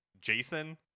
Jason